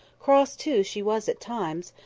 cross, too, she was at times,